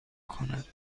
کند